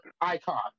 icon